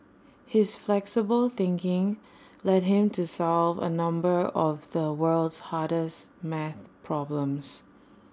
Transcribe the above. his flexible thinking led him to solve A number of the world's hardest math problems